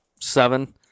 Seven